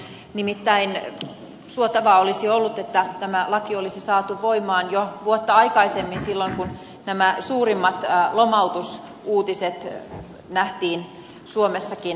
nimittäin suotavaa olisi ollut että tämä laki olisi saatu voimaan jo vuotta aikaisemmin silloin kun nämä suurimmat lomautusuutiset nähtiin suomessakin